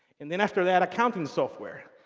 and then after that, accounting software.